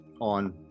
on